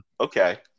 okay